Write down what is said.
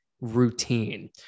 routine